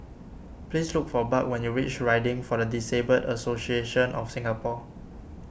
please look for Buck when you reach Riding for the Disabled Association of Singapore